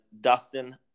Dustin